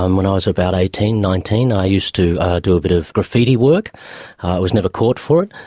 um when i was about eighteen, nineteen, i used to do a bit of graffiti work. i was never caught for it.